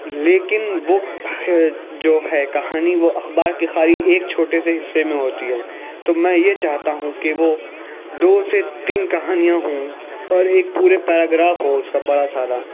لیکن وہ جو ہے کہانی وہ اخبار کے خالی ایک چھوٹے سے حصے میں ہوتی ہے تو میں یہ چاہتا ہوں کہ وہ دو سے تین کہانیاں ہوں اور ایک پورے پیراگراف ہو بڑا سارا